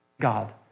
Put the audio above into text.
God